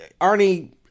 Arnie